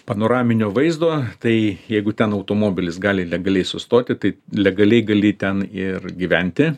panoraminio vaizdo tai jeigu ten automobilis gali legaliai sustoti tai legaliai gali ten ir gyventi